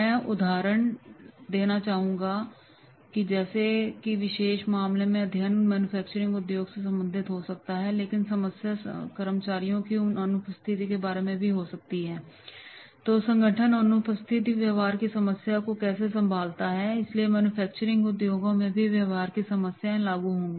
मैं उदाहरण देना चाहूंगा जैसे अगर किसी विशेष मामले में अध्ययन मैन्युफैक्चरिंग उद्योग से संबंधित हो सकता है लेकिन समस्या कर्मचारियों की अनुपस्थिति के बारे में भी हो सकती है तो संगठन अनुपस्थित व्यवहार की समस्या को कैसे संभालता है इसलिए मैन्युफैक्चरिंग उद्योगों में भी व्यवहार की समस्याएं लागू होंगी